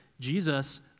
Jesus